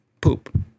poop